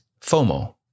FOMO